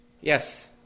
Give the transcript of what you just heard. yes